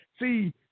see